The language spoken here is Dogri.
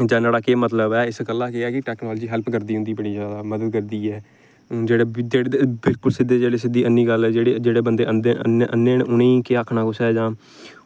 जां नहाड़ा केह् मतलब ऐ इस गल्ला केह् ऐ कि टैकनॉलजी हैल्प करदी उंदी बड़ी जादा मदद करदी ऐ हून जेह्ड़े बिलकुल सिद्धी जेह्ड़ी अन्नी गल्ल ऐ जेह्ड़ी जेह्ड़े बंदे अंधे अन्ने न उ'नेंगी केह् आक्खना कुसै जां